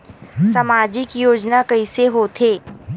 सामजिक योजना कइसे होथे?